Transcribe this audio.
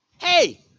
Hey